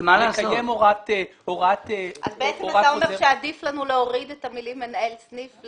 אתה בעצם אומר שעדיף לנו להוריד את המילים "מנהל סניף".